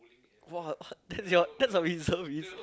what that's your that's a reservist